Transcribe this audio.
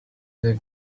they